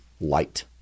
light